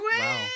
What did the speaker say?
Wow